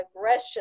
aggression